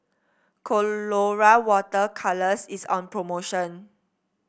Colora Water Colours is on promotion